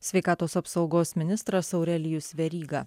sveikatos apsaugos ministras aurelijus veryga